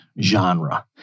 genre